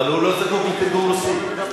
אבל הוא לא זקוק לתרגום לרוסית.